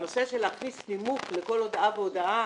הנושא של להכניס נימוק לכל הודעה והודעה